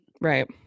Right